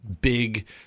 big